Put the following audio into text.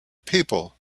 people